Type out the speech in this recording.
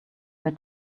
were